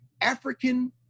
African